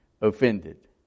offended